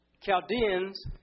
Chaldeans